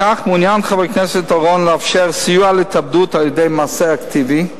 בכך מעוניין חבר הכנסת אורון לאפשר סיוע להתאבדות על-ידי מעשה אקטיבי.